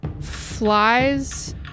flies